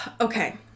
okay